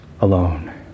alone